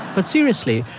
but seriously,